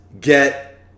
get